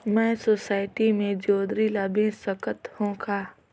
मैं सोसायटी मे जोंदरी ला बेच सकत हो का?